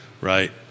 right